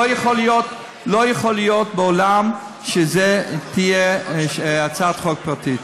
לא יכול להיות בעולם שזו תהיה הצעת חוק פרטית,